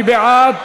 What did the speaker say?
מי בעד?